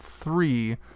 three